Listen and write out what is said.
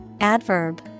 Adverb